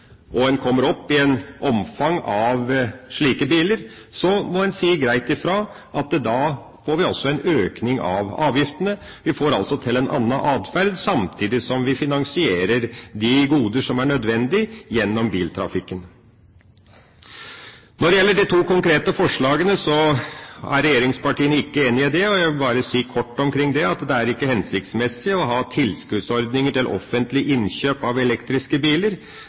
og en kommer opp i et visst omfang av slike biler, må en si greit ifra om at da får vi også en økning av avgiftene. Vi får altså til en annen atferd samtidig som vi finansierer de goder som er nødvendige, gjennom biltrafikken. Når det gjelder de to konkrete forslagene, er regjeringspartiene ikke enige i dem. Jeg vil bare si kort omkring det at det er ikke hensiktsmessig å ha tilskuddsordninger til offentlig innkjøp av elektriske biler.